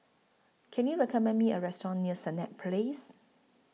Can YOU recommend Me A Restaurant near Senett Place